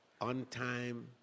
on-time